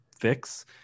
fix